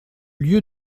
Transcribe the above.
lieu